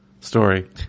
story